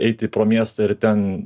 eiti pro miestą ir ten